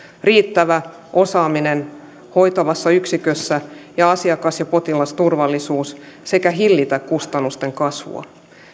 riittävä osaaminen hoitavassa yksikössä ja asiakas ja potilasturvallisuus sekä hillitä kustannusten kasvua